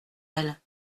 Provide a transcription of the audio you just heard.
elle